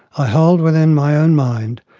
i hold within my own mind,